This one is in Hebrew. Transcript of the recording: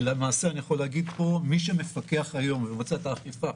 ולמעשה אני יכול להגיד שמי שמפקח היום ומבצע את אכיפה